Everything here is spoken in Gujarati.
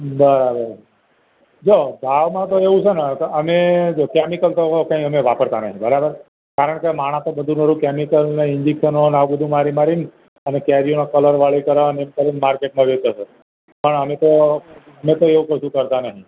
બરાબર જુઓ ભાવમાં તો એવું છે ને કે અમે કેમિકલ તો હવે કંઈ અમે વાપરતાં નથી બરાબર કારણ કે માણસો તો કેમિકલો ને ઈંજેક્શનો એવું બધું મારી મારી ને કેરીઓને કલરવાળી કરી અને માર્કેટમાં વેચે છે પણ અમે તો એવું કશું કરતાં નથી